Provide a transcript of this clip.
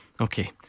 Okay